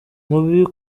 mubi